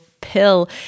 pill